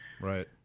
right